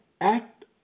act